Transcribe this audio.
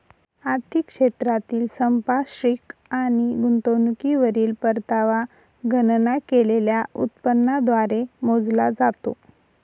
आर्थिक क्षेत्रातील संपार्श्विक आणि गुंतवणुकीवरील परतावा गणना केलेल्या उत्पन्नाद्वारे मोजला जातो